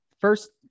First